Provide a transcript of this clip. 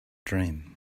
dream